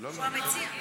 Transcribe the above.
הוא המציע,